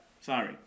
sorry